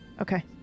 okay